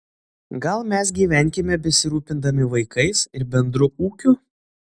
gal mes gyvenkime besirūpindami vaikais ir bendru ūkiu